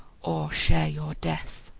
or share your death.